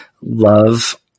love